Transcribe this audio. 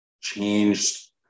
changed